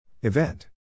event